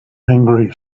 angry